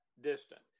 distant